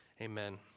amen